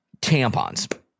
tampons